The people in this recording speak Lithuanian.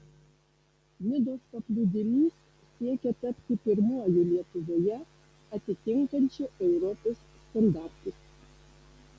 nidos paplūdimys siekia tapti pirmuoju lietuvoje atitinkančiu europos standartus